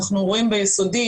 אנחנו רואים ביסודי,